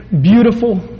beautiful